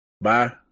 Bye